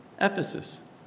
Ephesus